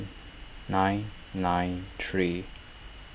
nine nine three